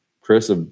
Chris